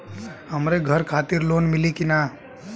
हमरे घर खातिर लोन मिली की ना?